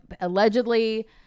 allegedly